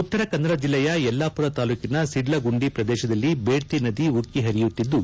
ಉತ್ತರ ಕನ್ನಡ ಜಿಲ್ಲೆಯ ಯಲ್ಲಾಪುರ ತಾಲೂಕಿನ ಸಿಡ್ಲಗುಂಡಿ ಪ್ರದೇಶದಲ್ಲಿ ಬೇಡ್ತಿ ನದಿ ಉಕ್ಕಿ ಪರಿಯುತ್ತಿದ್ದು